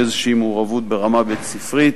מעורבות כלשהי ברמה הבית-ספרית.